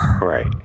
right